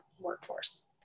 workforce